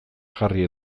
jarri